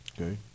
Okay